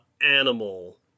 animal